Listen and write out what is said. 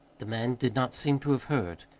the man did not seem to have heard.